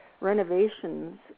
Renovations